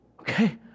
okay